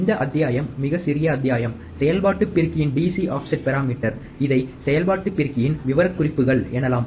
இந்த அத்தியாயம் மிக சிறிய அத்தியாயம் செயல்பாட்டு பெறுக்கியின் DC ஆப்செட் பெராமீட்டர் இதை செயல்பாட்டு பெருக்கியின் விவரக்குறிப்புகள் எனலாம்